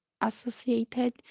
associated